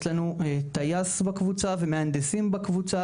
יש לנו טייס בקבוצה, ומהנדסים בקבוצה.